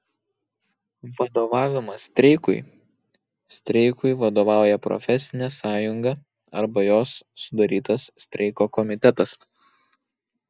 vadovavimas streikui streikui vadovauja profesinė sąjunga arba jos sudarytas streiko komitetas